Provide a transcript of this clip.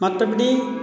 மற்றபடி